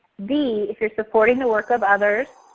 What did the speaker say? b if you're supporting the work of others,